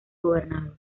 gobernador